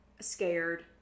scared